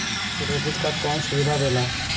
Credit card कौन सुबिधा देला?